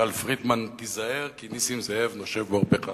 טל פרידמן, תיזהר, כי נסים זאב נושף בעורפך.